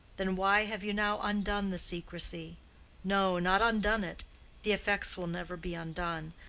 then why have you now undone the secrecy no, not undone it the effects will never be undone.